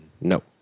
No